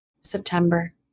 September